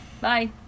Bye